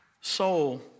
soul